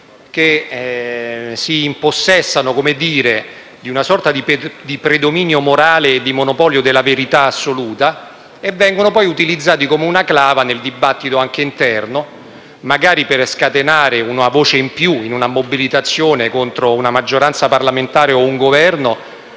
che si impossessano di una sorta di predominio morale e monopolio della verità assoluta e vengono utilizzati come una clava nel dibattito anche interno, magari per scatenare una voce in più in una mobilitazione contro una maggioranza parlamentare o un Governo